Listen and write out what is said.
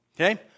okay